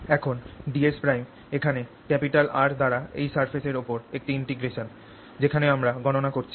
এখন ds' এখানে R দ্বারা এই সার্ফেস উপর একটি ইনটিগ্রেশান যেখানে আমরা গণনা করছি